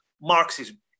Marxism